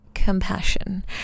compassion